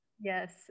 yes